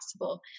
possible